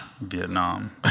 Vietnam